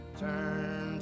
turn